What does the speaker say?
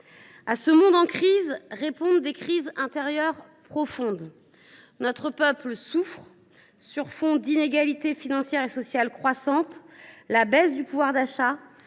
À ce monde en crise répondent des crises intérieures profondes. Notre peuple souffre. Sur fond d’inégalités financières et sociales croissantes, la baisse du pouvoir d’achat,